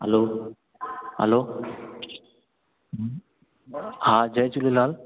hello hello हा जय झूलेलाल